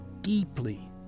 deeply